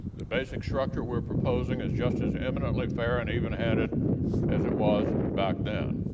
the basic structure we are proposing is just as eminently fair and evenhanded as it was back then.